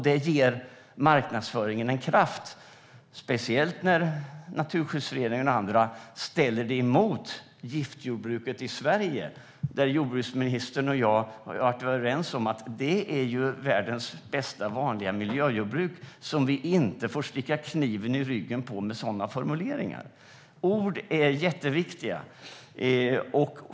Det ger marknadsföringen en kraft, speciellt när Naturskyddsföreningen och andra ställer detta mot giftjordbruket i Sverige. Men jordbruksministern har varit överens om att det ju är världens bästa vanliga miljöjordbruk som vi inte får sticka kniven i ryggen på med sådana formuleringar. Ord är jätteviktiga.